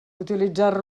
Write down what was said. utilitzar